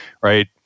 right